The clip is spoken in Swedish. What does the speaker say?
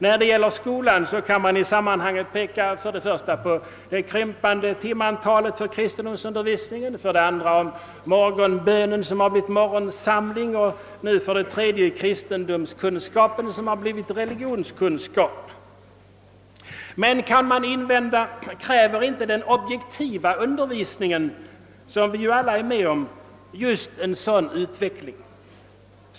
När det gäller skolan kan man i sammanhanget peka för det första på det krympande timantalet för kristendomsundervisningen, för «det andra på morgonbönen som har blivit morgonsamling och för det tredje på kristendomskunskapen som nu skall bli religionskunskap. Men, kan det invändas, kräver inte den objektiva undervisningen — som vi alla är med om — just en sådan utveckling?